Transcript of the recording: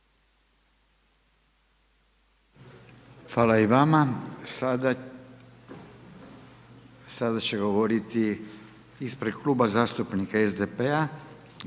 Hvala i vama. Sada će govoriti ispred Klub zastupnika SDP-a